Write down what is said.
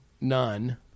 none